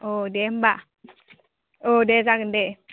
अ दे होमब्ला औ दे जागोन दे